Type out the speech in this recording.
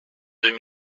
deux